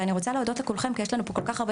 ואני רוצה להודות לכולכם כי יש לנו פה כל כך הרבה